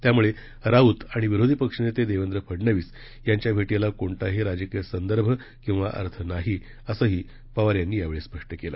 त्यामुळे राऊत आणि विरोधी पक्षनेते देवेंद्र फडनवीस यांच्या भेटीला कोणताही राजकीय संदर्भ किंवा अर्थ नाही असंही पवार यांनी यावेळी स्पष्ट केलं